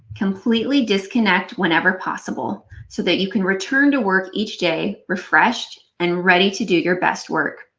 completely disconnect whenever possible so that you can return to work each day refreshed and ready to do your best work.